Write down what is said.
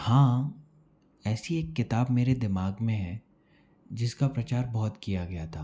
हाँ ऐसी एक किताब मेरे दिमाग में है जिसका प्रचार बहुत किया गया था